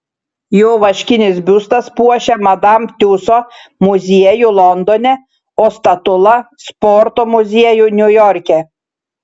jo vaškinis biustas puošia madam tiuso muziejų londone o statula sporto muziejų niujorke